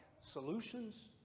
solutions